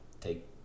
take